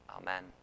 Amen